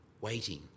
waiting